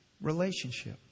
relationship